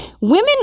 women